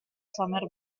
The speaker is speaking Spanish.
summer